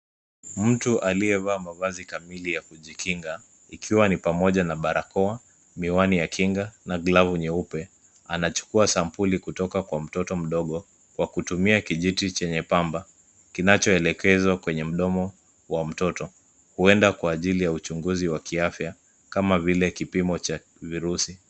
Mtu aliyevaa mavazi kamili ya kujikinga ikiwa ni pamoja na barakoa, miwani ya kinga na glavu nyeupe. Anachukua sampuli kutoka kwa mtoto mdogo kwa kutumia kijiti chenye kwamba kinachoelekezwa kwa mdomo wa mtoto. Huenda kwa ajili ya afya kama vile kipimo cha virusi.